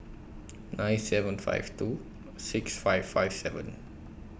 nine seven five two six five five seven